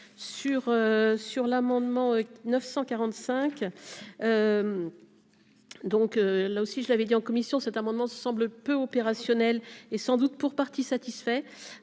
sur l'amendement 945 donc, là aussi, je l'avais dit en commission cet amendement semble peu opérationnel et sans doute pour partie satisfaits